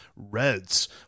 Reds